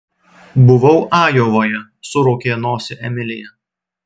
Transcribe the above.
buvau ajovoje suraukė nosį emilija